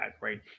right